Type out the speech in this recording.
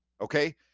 okay